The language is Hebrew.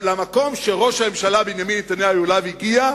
במקום שראש הממשלה בנימין נתניהו הגיע אליו,